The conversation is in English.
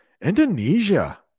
Indonesia